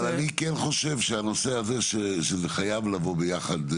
אבל אני כן חושב שהנושא הזה חייב לבוא ביחד.